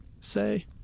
say